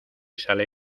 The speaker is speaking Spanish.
sale